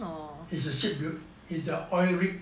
is a ship build is a oil rig